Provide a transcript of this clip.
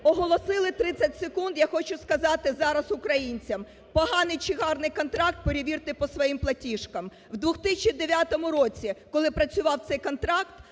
Оголосили 30 секунд. Я хочу сказати зараз українцям. Поганий чи гарний контракт – перевірте по своїм платіжкам. В 2009 році, коли працював цей контракт,